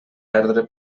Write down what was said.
perdre